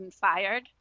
fired